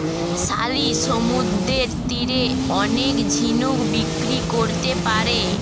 সালি সমুদ্রের তীরে অনেক ঝিনুক বিক্রি করতে পারে